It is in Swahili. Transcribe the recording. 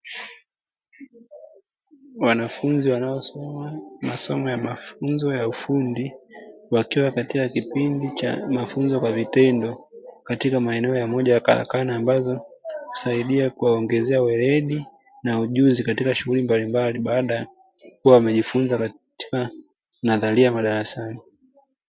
Wanafunzi wanaosoma masomo ya mafunzo ya ufundi, wakiwa katika kipindi cha mafunzo kwa vitendo katika maeneo ya moja ya karakana ambazo husaidia kuwaongezea weledi na ujuzi katika shughuli mbalimbali baada ya kuwa wamejifunza katika nadhari madarasani.